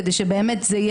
כך כותב למשל